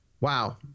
wow